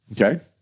Okay